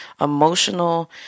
emotional